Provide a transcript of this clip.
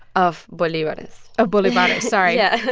of bolivares of bolivares sorry yeah,